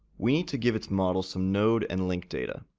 we need to give its model some node and link data.